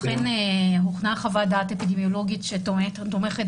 אכן הוכנה חוות דעת אפידמיולוגית שתומכת